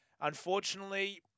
unfortunately